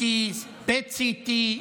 CT, PET-CT,